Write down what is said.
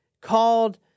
called